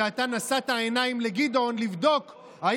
שאתה נשאת את העיניים לגדעון לבדוק אם